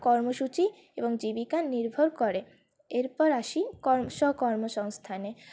কর্মসূচি এবং জীবিকা নির্ভর করে এরপর আসি কর্ম স্বকর্মসংস্থানে